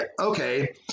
okay